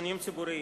(שיכונים ציבוריים).